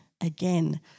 again